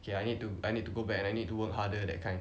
okay I need to I need to go back and I need to work harder that kind